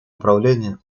управления